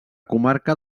comarca